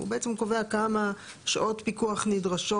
הוא בעצם קובע כמה שעות פיקוח נדרשות.